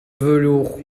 velours